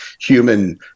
human